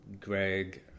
Greg